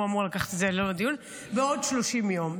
הוא אמור לקחת את זה לעוד דיון, בעוד 30 יום.